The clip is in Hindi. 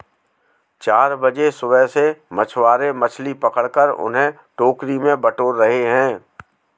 चार बजे सुबह से मछुआरे मछली पकड़कर उन्हें टोकरी में बटोर रहे हैं